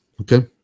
Okay